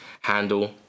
handle